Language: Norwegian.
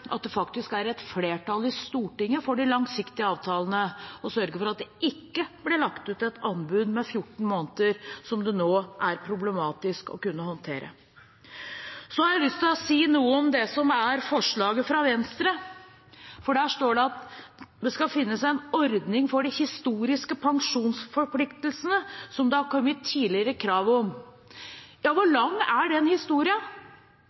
at det faktisk er et flertall i Stortinget for de langsiktige avtalene, og sørge for at det ikke blir lagt ut et anbud med 14 måneder, som det nå er problematisk å kunne håndtere. Så har jeg lyst til å si noe om forslaget fra Venstre. Der står det at det skal finnes en ordning for de historiske pensjonsforpliktelsene som det har kommet krav om tidligere. Hvor